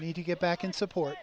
me to get back in support